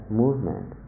movement